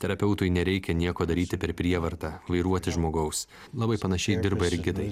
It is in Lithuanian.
terapeutui nereikia nieko daryti per prievartą vairuoti žmogaus labai panašiai dirba ir gidai